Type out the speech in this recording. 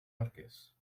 arquers